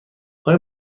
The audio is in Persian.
آیا